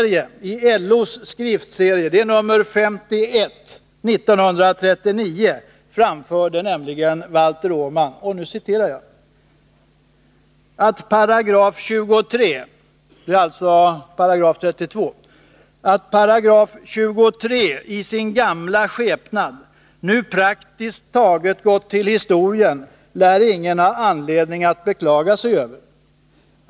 I LO:s skriftserie, nummer 51 år 1939, framförde Valter Åman: ”Att § 23” — alltså 32 §- ”i sin gamla skepnad nu praktiskt taget gått till historien, lär ingen ha anledning beklaga sig över.